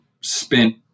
spent